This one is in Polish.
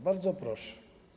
Bardzo proszę.